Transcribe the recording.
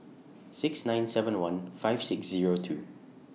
six nine seven one five six Zero two